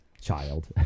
child